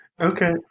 okay